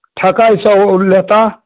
ठकाइ से ओ लेता